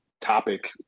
topic –